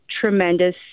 tremendous